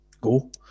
go